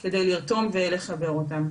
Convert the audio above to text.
כדי לרתום ולחבר אותם.